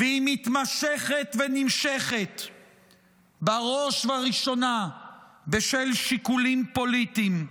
והיא מתמשכת ונמשכת בראש ובראשונה בשל שיקולים פוליטיים.